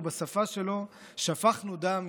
ובשפה שלו: שפכנו דם,